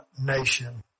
nation